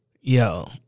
Yo